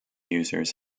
users